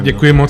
Děkuji moc.